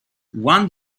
one